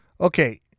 okay